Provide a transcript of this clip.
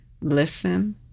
listen